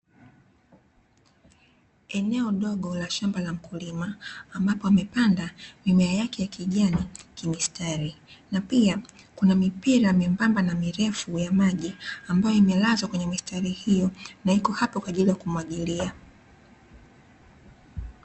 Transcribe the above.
Eneo dogo la shamba la mkulima ambapo amepanda mimea yake ya kijani kimistari, na pia kuna mipira myembamba na mirefu ya maji ambayo imelazwa kwenye mistari hiyo, na iko hapo kwa ajili ya kumwagilia.